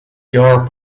your